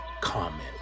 comment